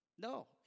No